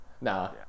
Nah